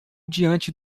diante